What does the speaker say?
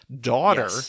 daughter